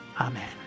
Amen